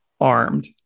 armed